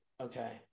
Okay